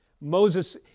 Moses